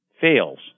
fails